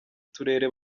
turere